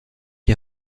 est